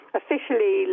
officially